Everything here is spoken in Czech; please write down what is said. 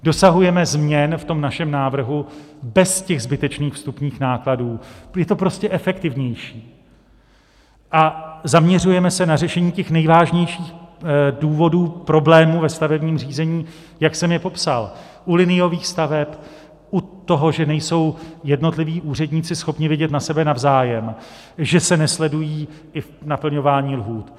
Dosahujeme změn v našem návrhu bez zbytečných vstupních nákladů, je to prostě efektivnější, a zaměřujeme se na řešení nejvážnějších důvodů problémů ve stavebním řízení, jak jsem je popsal u liniových staveb, u toho, že nejsou jednotliví úředníci schopni vidět na sebe navzájem, že se nesledují i v naplňování lhůt.